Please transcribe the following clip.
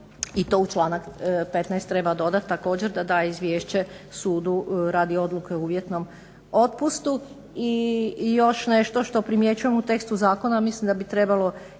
I to u članak 15. treba dodati također da daje izvješće sudu radi odluke o uvjetnom otpustu. I još nešto što primjećujem u tekstu zakona, a mislim da bi trebalo